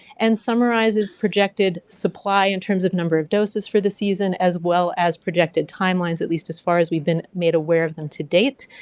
and summarizes projected supply in terms of number of doses for the season, as well as projected timelines, at least as far as we've been made aware of them to date.